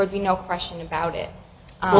would be no question about it